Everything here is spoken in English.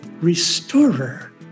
restorer